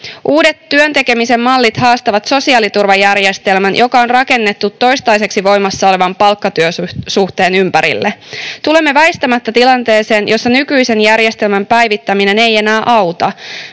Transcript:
Uudet työn tekemisen mallit haastavat sosiaaliturvajärjestelmän, joka on rakennettu toistaiseksi voimassa olevan palkkatyösuhteen ympärille. Tulemme väistämättä tilanteeseen, jossa nykyisen järjestelmän päivittäminen ei enää auta.